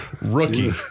Rookie